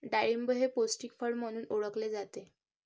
डाळिंब हे पौष्टिक फळ म्हणून ओळखले जाते